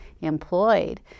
employed